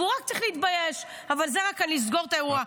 והוא רק צריך להתבייש, זה רק כדי לסגור את האירוע.